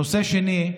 נושא שני,